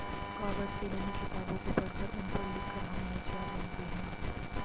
कागज से बनी किताबों को पढ़कर उन पर लिख कर हम होशियार बनते हैं